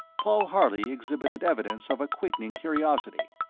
paul harley exhibited evidence of a quickening curiosity.